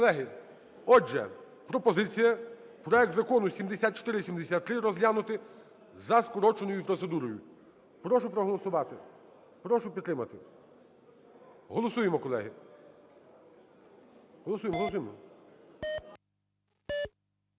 отже, пропозиція: проект Закону 7473 розглянути за скороченою процедурою. Прошу проголосувати, прошу підтримати. Голосуємо, колеги.